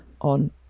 on